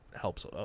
helps